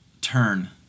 turn